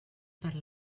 per